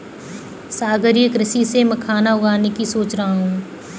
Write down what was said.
सागरीय कृषि से मखाना उगाने की सोच रहा हूं